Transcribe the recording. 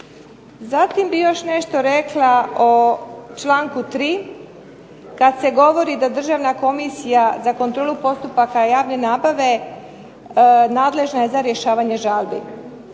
Zatim bih još nešto rekla o članku 3. kada se govori da Državna komisija za kontrolu postupaka javne nabave nadležna je za rješavanje žalbi.